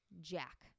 Jack